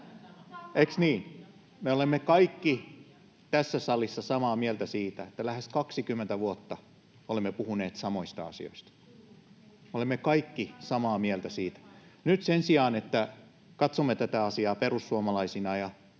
Me olemme kaikki tässä salissa samaa mieltä siitä, että lähes 20 vuotta olemme puhuneet samoista asioista. Me olemme kaikki samaa mieltä siitä. Nyt sen sijaan, että katsomme tätä asiaa perussuomalaisina ja